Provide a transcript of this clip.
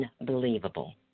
unbelievable